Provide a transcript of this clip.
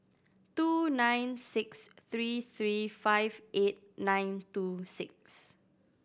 two nine six three three five eight nine two six